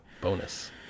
Bonus